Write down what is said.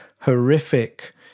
horrific